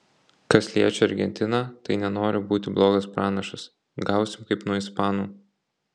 kas liečia argentiną tai nenoriu būti blogas pranašas gausim kaip nuo ispanų